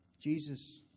Jesus